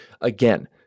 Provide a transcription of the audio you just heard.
again